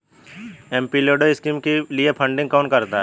MPLAD scheme के लिए funding कौन करता है?